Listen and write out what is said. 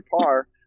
par